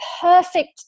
perfect